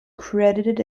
credited